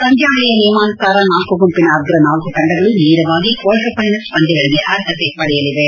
ಪಂದ್ಯಾವಳಿಯ ನಿಯಮಾನುಸಾರ ನಾಲ್ಕು ಗುಂಪಿನ ಅಗ್ರ ನಾಲ್ಕು ತಂಡಗಳು ನೇರವಾಗಿ ಕ್ವಾರ್ಟರ್ ಫೈನಲ್ಸ್ ಪಂದ್ಯಗಳಿಗೆ ಅರ್ಹತೆ ಪಡೆಯಲಿವೆ